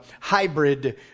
hybrid